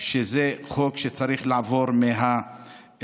שזה חוק שצריך לעבור מהעולם.